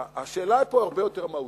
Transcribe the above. השאלה פה הרבה יותר מהותית.